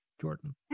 Jordan